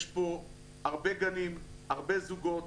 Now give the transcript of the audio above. יש פה הרבה גנים, הרבה זוגות,